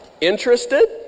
Interested